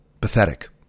Pathetic